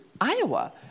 Iowa